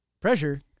Pressure